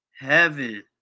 heaven